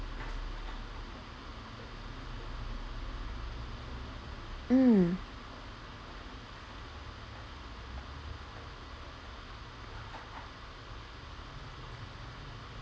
mm